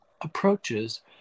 approaches